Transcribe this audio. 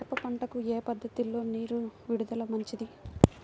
మిరప పంటకు ఏ పద్ధతిలో నీరు విడుదల మంచిది?